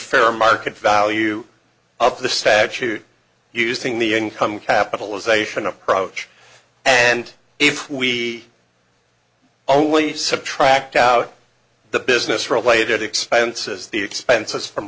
fair market value of the statute using the income capitalization approach and if we only subtract out the business related expenses the expenses from